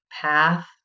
path